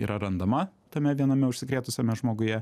yra randama tame viename užsikrėtusiame žmoguje